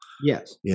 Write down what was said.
Yes